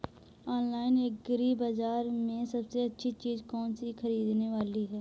Online agri बाजार में सबसे अच्छी चीज कौन सी ख़रीदने वाली है?